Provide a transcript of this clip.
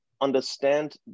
understand